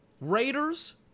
Raiders